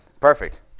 perfect